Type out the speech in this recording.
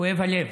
כואב הלב.